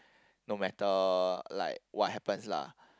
no matter like what happens lah